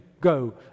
go